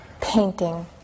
Painting